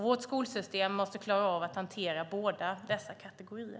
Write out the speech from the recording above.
Vårt skolsystem måste klara av att hantera båda dessa kategorier.